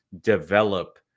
develop